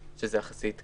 שזה יחסית קל,